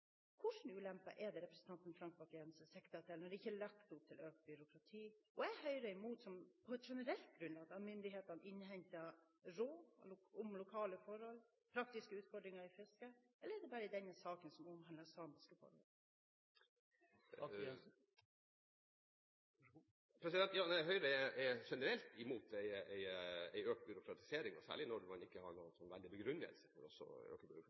er det representanten Frank Bakke-Jensen sikter til når det ikke er lagt opp til økt byråkrati, og er Høyre på et generelt grunnlag imot at myndighetene innhenter råd om lokale forhold, praktiske utfordringer i fisket, eller er det bare i denne saken, som omhandler samiske forhold? Høyre er generelt imot en økt byråkratisering og særlig når man ikke har